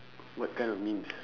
what kind of memes